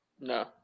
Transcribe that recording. No